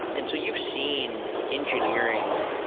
and so you've seen engineering,